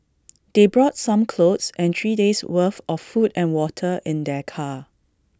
they brought some clothes and three days' worth of food and water in their car